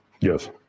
Yes